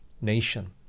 nation